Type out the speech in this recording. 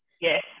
yes